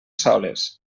soles